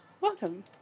Welcome